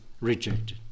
rejected